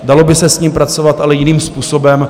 Dalo by se s ním pracovat, ale jiným způsobem.